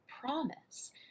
promise